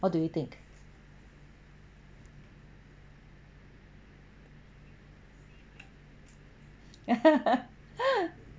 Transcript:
what do you think